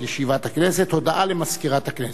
הודעה למזכירת הכנסת.